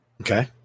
Okay